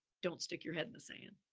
don't stick your head in the sand.